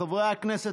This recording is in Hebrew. חברי הכנסת,